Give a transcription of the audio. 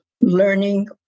learning